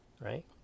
right